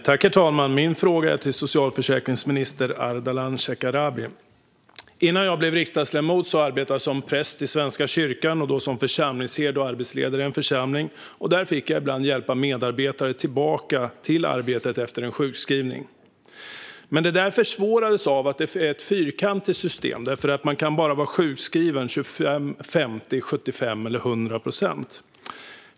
Herr talman! Min fråga går till socialförsäkringsminister Ardalan Shekarabi. Innan jag blev riksdagsledamot arbetade jag som präst i Svenska kyrkan och som församlingsherde och arbetsledare i en församling. Där fick jag ibland hjälpa medarbetare tillbaka till arbetet efter en sjukskrivning. Det försvårades dock av ett fyrkantigt system. Man kan nämligen bara vara sjukskriven på 25, 50, 75 eller 100 procent.